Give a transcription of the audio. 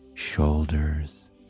shoulders